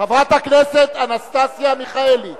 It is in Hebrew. חברת הכנסת אנסטסיה מיכאלי,